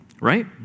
right